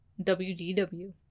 WDW